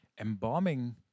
embalming